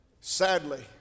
Sadly